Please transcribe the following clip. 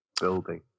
building